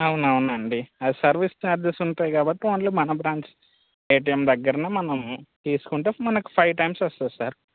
అవునవునండి అది service charges ఉంటాయి కాబట్టి ఓన్లీ మన బ్రాంచ్ ఏటీఎం దగ్గర మనం తీసుకుంటే మనకి ఫైవ్ టైమ్స్ వస్తుంది సార్